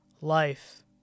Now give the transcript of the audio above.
life